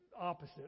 opposite